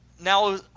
now